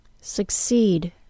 succeed